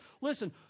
Listen